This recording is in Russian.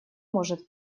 может